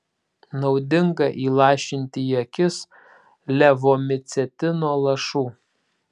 naudinga įlašinti į akis levomicetino lašų